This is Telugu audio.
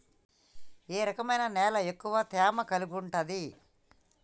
ఏ రకమైన నేల ఎక్కువ తేమను కలిగుంటది?